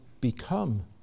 become